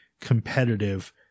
competitive